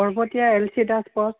পৰ্বতীয়া L C Das পথ